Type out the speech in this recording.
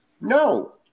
no